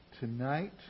tonight